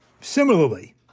similarly